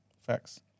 facts